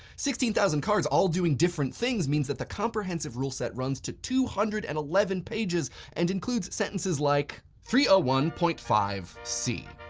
sixteen thousand cards all doing different things means that the comprehensive rule set runs to two hundred and eleven pages and includes sentences like, three zero ah one point five c.